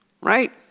right